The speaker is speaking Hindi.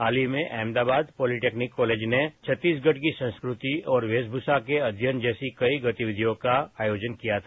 हाल ही में अहमदाबाद पॉलिटेक्निक कॉलेज ने छत्तीसगढ़ की संस्कृति और वेशभूषा के अध्ययन जैसी कई गतिविधियों का आयोजन किया था